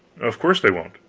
of course they won't.